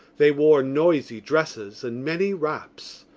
they wore noisy dresses and many wraps.